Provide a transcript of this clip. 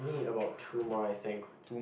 we need about two more I think